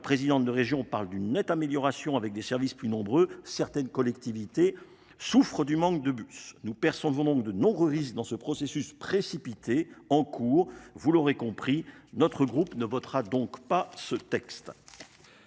la présidente de la région parle d’une « nette amélioration avec des services plus nombreux », certaines collectivités souffrent du manque de bus. Nous percevons de nombreux risques dans le processus précipité en cours. Vous l’aurez compris, mes chers collègues, notre groupe ne votera pas ce texte.